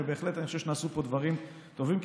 ובהחלט אני חושב שנעשו פה דברים טובים.